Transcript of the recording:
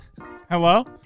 Hello